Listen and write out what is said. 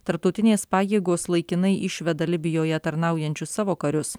tarptautinės pajėgos laikinai išveda libijoje tarnaujančius savo karius